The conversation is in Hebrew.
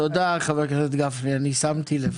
תודה, חבר הכנסת גפני, אני שמתי לב.